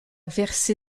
versé